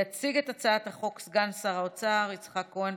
יציג את הצעת החוק סגן שר האוצר יצחק כהן,